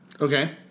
Okay